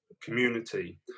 community